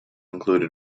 include